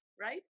right